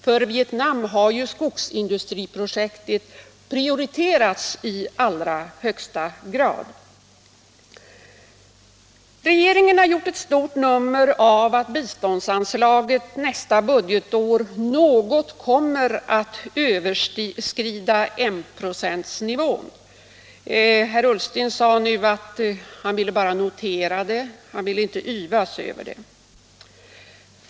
För Vietnam har ju skogsindustriprojektet prioriterats i allra högsta grad. Regeringen har gjort ett stort nummer av att biståndsanslaget nästa Internationellt utvecklingssamar 5Å år något kommer att överskrida enprocentsnivån. Herr Ullsten sade nu att han bara ville notera det, inte yvas över det.